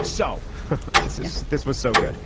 so this is this was so good